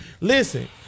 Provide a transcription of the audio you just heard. Listen